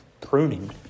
pruning